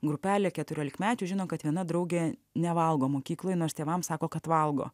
grupelė keturiolikmečių žino kad viena draugė nevalgo mokykloj nors tėvams sako kad valgo